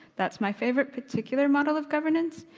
that's my favourite particular model of governance